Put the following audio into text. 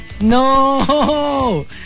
No